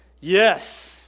yes